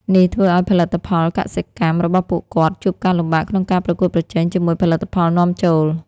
នេះធ្វើឱ្យផលិតផលកសិកម្មរបស់ពួកគាត់ជួបការលំបាកក្នុងការប្រកួតប្រជែងជាមួយផលិតផលនាំចូល។